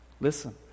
Listen